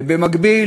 ובמקביל,